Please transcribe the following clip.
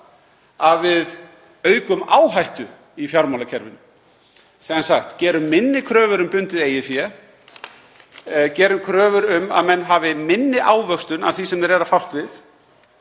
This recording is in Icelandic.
að við aukum áhættu í fjármálakerfinu, gerum minni kröfur um bundið eigið fé, gerum kröfur um að menn hafi minni ávöxtun af því sem þeir eru að fást við.